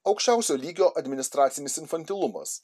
aukščiausio lygio administracinis infantilumas